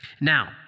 Now